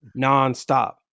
nonstop